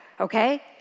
okay